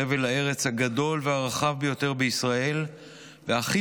חבל הארץ הגדול והרחב ביותר בישראל והכי